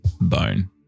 bone